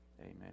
Amen